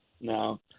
No